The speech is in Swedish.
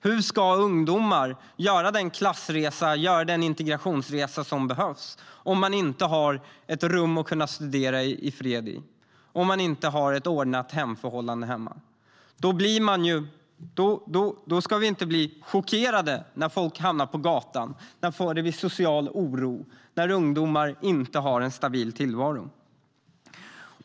Hur ska ungdomar kunna göra den klassresa, den integrationsresa, som behövs om de inte har ett rum att studera i fred i eller ordnade hemförhållanden? Då ska vi inte bli chockerade när folk hamnar på gatan. Det blir social oro när ungdomar inte har en stabil tillvaro.